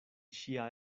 ŝia